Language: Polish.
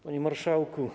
Panie Marszałku!